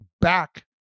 back